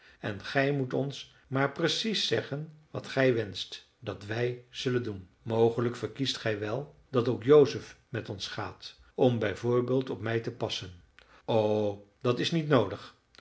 en gij moet ons maar precies zeggen wat gij wenscht dat wij zullen doen mogelijk verkiest gij wel dat ook joseph met ons gaat om bijvoorbeeld op mij te passen o dat is niet noodig